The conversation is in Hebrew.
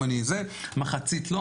מחצית מזה חלוט, מחצית לא.